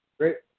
great